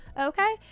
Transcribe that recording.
Okay